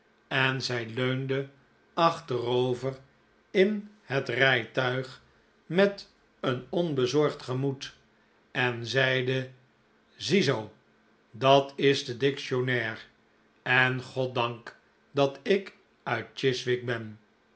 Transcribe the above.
en zij leunde achterover in het rijtuig met een onbezorgd gemoed en zeide ziezoo dat is de dictionnaire en goddank dat ik uit chiswick ben